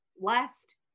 last